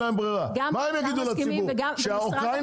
מה הם יגידו, שאוקראינה